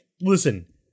listen